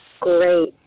Great